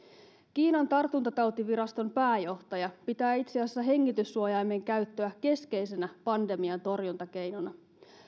kiinan tartuntatautiviraston pääjohtaja pitää itse asiassa hengityssuojaimen käyttöä keskeisenä pandemian torjuntakeinona